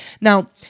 Now